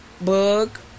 book